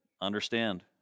Understand